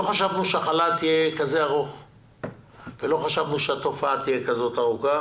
לא חשבנו שהחל"ת והמגיפה יתמשכו כל כך הרבה זמן.